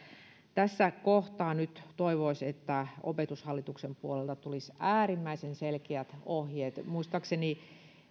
tässä kohtaa nyt toivoisi että opetushallituksen puolelta tulisi äärimmäisen selkeät ohjeet muistaakseni